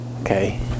okay